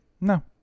no